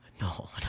No